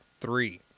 Three